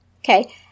Okay